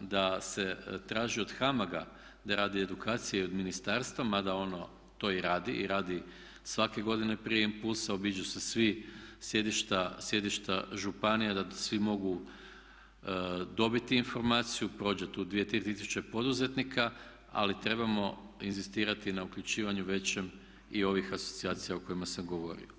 da se traži od HAMAG-a da rade edukacije i od ministarstva, mada ono to i radi i radi svake godine … obiđu se sva sjedišta županija da svi mogu dobiti informaciju, prođe tu 2, 3 tisuće poduzetnika ali trebamo inzistirati na uključivanju većem i ovih asocijacija o kojima sam govorio.